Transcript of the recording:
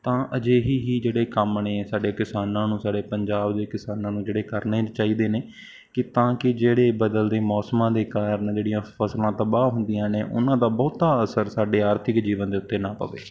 ਤਾਂ ਅਜਿਹੇ ਹੀ ਜਿਹੜੇ ਕੰਮ ਨੇ ਸਾਡੇ ਕਿਸਾਨਾਂ ਨੂੰ ਸਾਡੇ ਪੰਜਾਬ ਦੇ ਕਿਸਾਨਾਂ ਨੂੰ ਜਿਹੜੇ ਕਰਨੇ ਚਾਹੀਦੇ ਨੇ ਕਿ ਤਾਂ ਕਿ ਜਿਹੜੇ ਬਦਲਦੇ ਮੌਸਮਾਂ ਦੇ ਕਾਰਨ ਜਿਹੜੀਆਂ ਫਸਲਾਂ ਤਬਾਹ ਹੁੰਦੀਆਂ ਨੇ ਉਹਨਾਂ ਦਾ ਬਹੁਤਾ ਅਸਰ ਸਾਡੇ ਆਰਥਿਕ ਜੀਵਨ ਦੇ ਉੱਤੇ ਨਾ ਪਵੇ